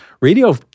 radio